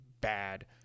bad